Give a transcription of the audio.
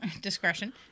discretion